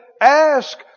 ask